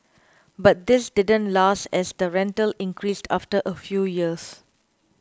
but this didn't last as the rental increased after a few years